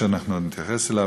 ונתייחס אליו,